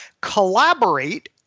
collaborate